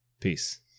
Peace